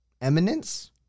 eminence